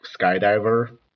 skydiver